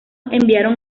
enviaron